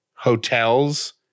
hotels